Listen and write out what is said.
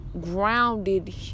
grounded